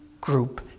group